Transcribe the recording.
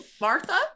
Martha